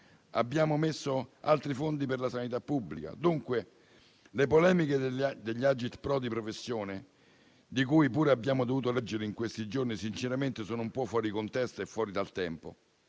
Abbiamo destinato altri fondi alla sanità pubblica e, dunque, le polemiche degli *agit-prop* di professione, di cui pure abbiamo dovuto leggere in questi giorni, sinceramente sono un po' fuori contesto e fuori dal tempo.